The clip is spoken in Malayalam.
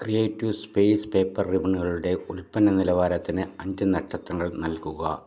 ക്രിയേറ്റീവ് സ്പേസ് പേപ്പർ റിബണുകളുടെ ഉൽപ്പന്ന നിലവാരത്തിന് അഞ്ച് നക്ഷത്രങ്ങൾ നൽകുക